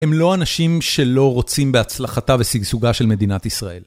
הם לא אנשים שלא רוצים בהצלחתה וסגסוגה של מדינת ישראל.